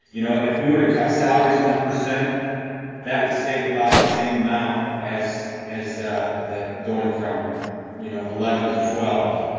you know, if we were to cut salaries one percent that would save about the same amount as as that going from you know eleven to twelve.